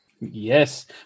Yes